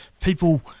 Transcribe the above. people